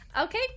Okay